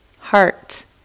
heart